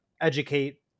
educate